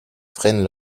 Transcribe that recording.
freinent